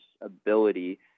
ability